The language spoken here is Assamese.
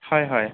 হয় হয়